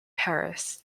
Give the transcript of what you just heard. paris